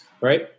right